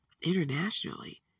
internationally